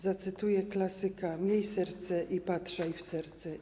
Zacytuję klasyka: miej serce i patrzaj w serce.